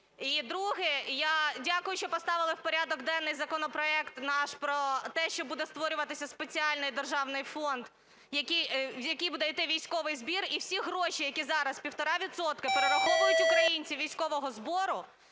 І друге. Я дякую, що поставили в порядок денний законопроект наш про те, що буде створюватися спеціальний державний фонд, в який буде йти військовий збір, і всі гроші, які зараз, півтора відсотка, перераховують українці військового збору,